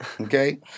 Okay